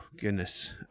goodness